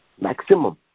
Maximum